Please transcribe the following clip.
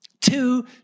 two